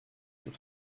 sur